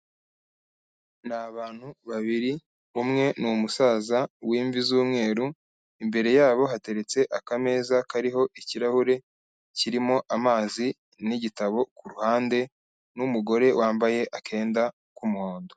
Ni abantu babiri, umwe ni umusaza w'imvi z'umweru, imbere yabo hateretse akameza kariho ikirahure kirimo amazi n'igitabo ku ruhande n'umugore wambaye akenda k'umuhondo.